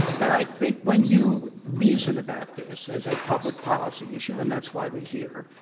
but i think when you reason about this as a public policy issue, and that's why we're here,